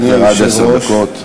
עד עשר דקות.